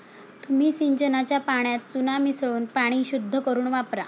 तुम्ही सिंचनाच्या पाण्यात चुना मिसळून पाणी शुद्ध करुन वापरा